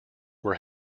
were